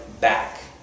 back